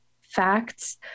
facts